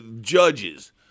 judges